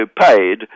paid